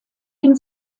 dem